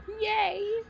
yay